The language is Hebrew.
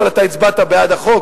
אבל אתה הצבעת בעד החוק,